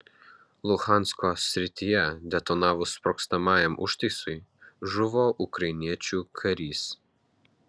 luhansko srityje detonavus sprogstamajam užtaisui žuvo ukrainiečių karys